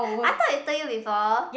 I thought I told you before